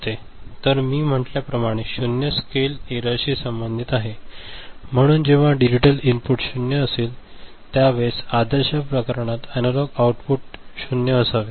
तर मी म्हटल्याप्रमाणे हे शून्य स्केल एररशी संबंधित आहे म्हणून जेव्हा डिजिटल इनपुट 0 असेल त्यावेळेस आदर्श प्रकरणात एनालॉग आउटपुट 0 असावे